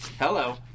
Hello